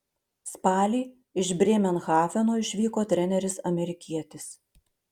spalį iš brėmerhafeno išvyko treneris amerikietis